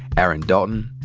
aaron dalton,